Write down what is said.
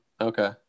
Okay